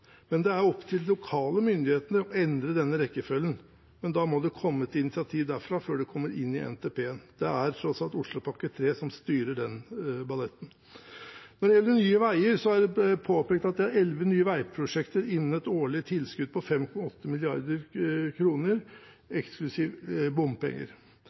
men det er opp til de lokale myndighetene å endre denne rekkefølgen. Da må det komme et initiativ derfra før det kommer inn i NTP-en. Det er tross alt Oslopakke 3 som styrer den balletten. Når det gjelder Nye Veier, er det blitt påpekt at det er elleve nye veiprosjekter innen et årlig tilskudd på 5,8 mrd. kr, eksklusiv bompenger.